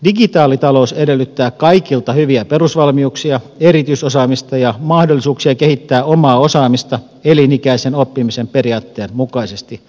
digitaalitalous edellyttää kaikilta hyviä perusvalmiuksia erityisosaamista ja mahdollisuuksia kehittää omaa osaamista elinikäisen oppimisen periaatteen mukaisesti